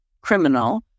criminal